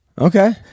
Okay